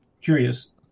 curious